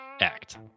act